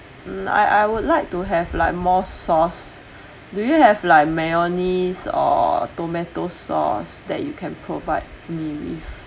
mm I I would like to have like more sauce do you have like mayonnaise or tomato sauce that you can provide me with